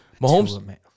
Mahomes